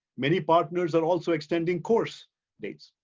many partners are also extending course dates,